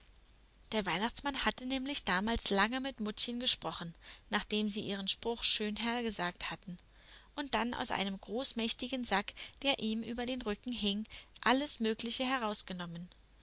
der weihnachtsmann hatte nämlich damals lange mit muttchen gesprochen nachdem sie ihren spruch schön hergesagt hatten und dann aus einem großmächtigen sack der ihm über den rücken hing alles mögliche herausgenommen